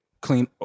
Clean